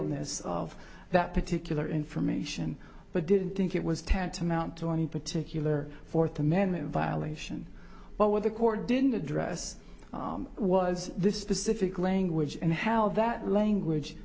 ss of that particular information but didn't think it was tantamount to any particular fourth amendment violation but what the court didn't address was this specific language and how that language